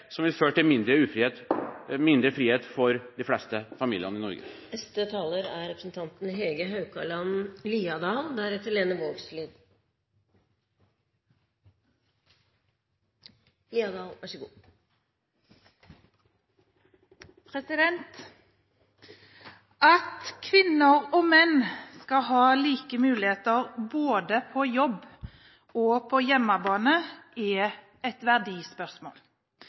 som vil føre til mindre frihet for de fleste familier i Norge. At kvinner og menn skal ha like muligheter både på jobb og på hjemmebane, er et verdispørsmål.